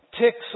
ticks